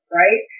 right